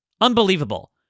Unbelievable